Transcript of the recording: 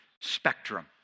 spectrum